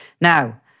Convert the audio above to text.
Now